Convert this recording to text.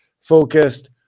focused